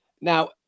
Now